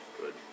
Good